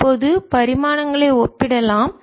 இப்போது பரிமாணங்களை ஒப்பிடலாம்